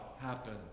happen